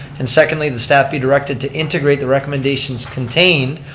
and secondly the staff be directed to integrate the recommendations contained,